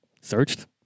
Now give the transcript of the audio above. searched